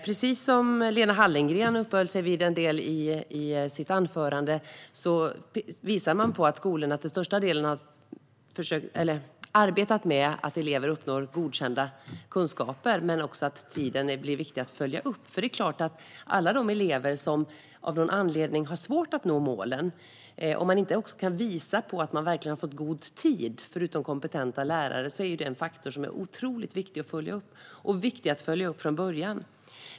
Precis som Lena Hallengren uppehöll sig vid en del i sitt anförande visar det sig att skolorna till största delen har arbetat med att elever uppnår godkända kunskaper. Men det visar sig också att tiden blir viktig att följa upp. Det handlar bland annat om alla de elever som av någon anledning har svårt att nå målen. Om man inte kan visa på att man verkligen har fått god tid förutom kompetenta lärare är det en faktor som är otroligt viktig att följa upp. Och den är viktig att följa upp från början.